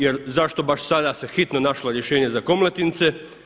Jer zašto baš sada se hitno našlo rješenje za KOmletince?